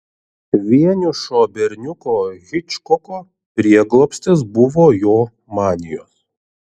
vienišo berniuko hičkoko prieglobstis buvo jo manijos